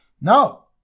No